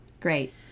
Great